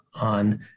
on